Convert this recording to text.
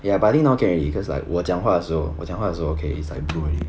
ya but I think now can already cause like 我讲话的时候我讲话的时候 okay it's like blue already